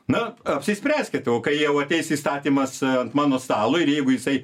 na apsispręskit o kai jau ateis įstatymas ant mano stalo ir jeigu jisai